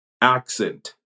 accent